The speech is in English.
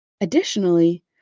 Additionally